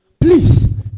Please